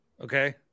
Okay